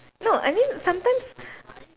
no I mean sometimes